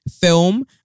film